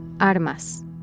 Armas